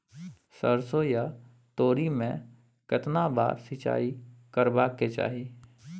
सरसो या तोरी में केतना बार सिंचाई करबा के चाही?